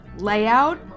layout